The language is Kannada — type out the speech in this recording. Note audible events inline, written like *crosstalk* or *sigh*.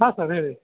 ಹಾಂ ಸರ್ *unintelligible*